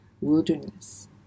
wilderness